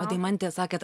o deimante sakėt